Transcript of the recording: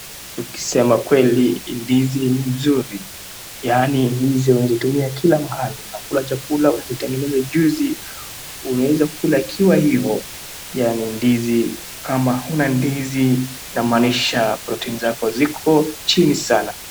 Nikisema kweli ndizi ni mzuri, yani ndizi unaweza kutumia kila mahali, unakula chakula, unatengeneza juisi, unaweza kula ikiwa hivyo, yani ndizi kama huna ndizi inamaanisha cs[protein]cs zako ziko chini sana.